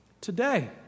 today